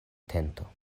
tento